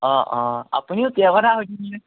অঁ অঁ আপুনিও তেওঁৰ কথা সুধি দিলে